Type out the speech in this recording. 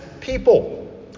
people